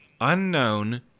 unknown